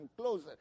closer